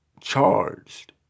charged